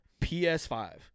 PS5